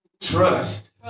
Trust